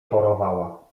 chorowała